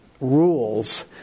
rules